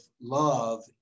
love